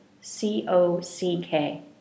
C-O-C-K